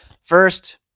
First